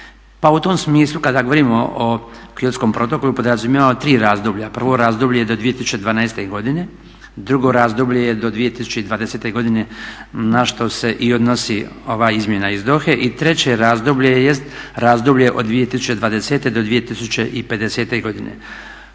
pa u tom smislu kada govorimo o Kyotskom protokolu podrazumijevamo tri razdoblja. Prvo razdoblje je do 2012. godine, drugo razdoblje je do 2020. godine na što se i odnosi ova izmjena iz Dohe i treće razdoblje jest razdoblje od 2020. do 2050. godine.